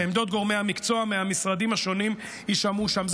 ועמדות גורמי המקצוע מהמשרדים השונים יישמעו שם.